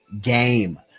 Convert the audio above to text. game